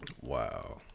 wow